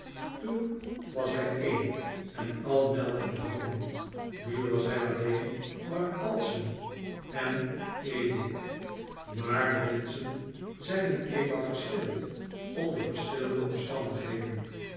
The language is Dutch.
toen was hij een en al melk en honing nu was hij alleen maar alsem en edik maar de menschen zijn nu eenmaal verschillend onder verschillende omstandigheden